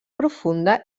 profunda